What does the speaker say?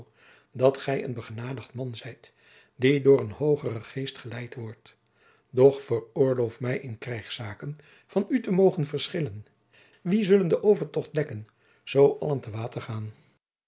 dat gij een begenadigd man zijt die door een hoogeren geest geleid wordt doch veroorloof mij in krijgszaken van u te mogen verschillen wie zullen den overtocht dekken zoo allen te water gaan